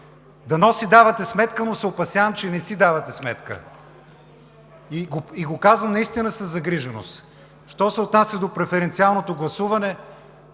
Дано си давате сметка, но се опасявам, че не си давате сметка, и го казвам наистина със загриженост. Що се отнася до преференциалното гласуване,